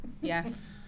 yes